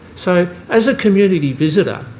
so as a community visitor,